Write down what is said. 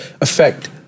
affect